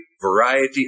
variety